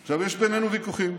עכשיו, יש בינינו ויכוחים,